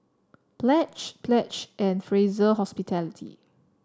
Pledge Pledge and Fraser Hospitality